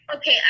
Okay